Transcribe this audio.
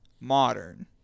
Modern